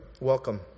welcome